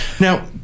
Now